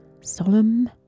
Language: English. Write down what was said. Solemn